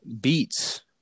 beats